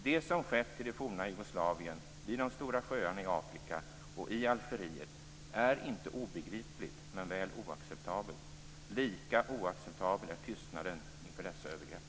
Det som skett i det forna Jugoslavien, vid de stora sjöarna i Afrika och i Algeriet är inte obegripligt men väl oacceptabelt. Lika oacceptabel är tystnaden inför dessa övergrepp.